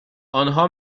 آنها